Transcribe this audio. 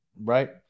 right